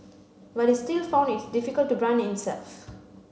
but it still found it difficult to brand itself